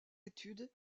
études